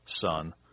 son